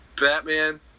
Batman